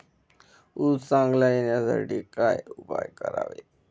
ऊस चांगला येण्यासाठी काय उपाय करावे?